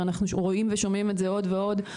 אנחנו רואים ושומעים את זה עוד ועוד,